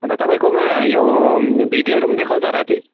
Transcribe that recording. अन्त तपाईँकोमा यो भिडियोहरू पनि देखाउँछ राति